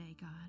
God